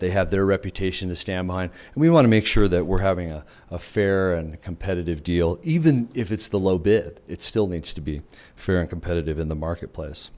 they have their reputation to stand mine and we want to make sure that we're having a fair and competitive deal even if it's the low bid it still needs to be fair and competitive in the marketplace